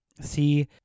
see